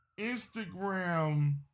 Instagram